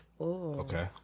Okay